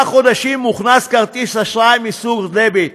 לפני כמה חודשים הוכנס כרטיס חדש מסוג דביט,